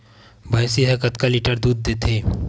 भंइसी हा कतका लीटर दूध देथे?